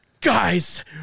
guys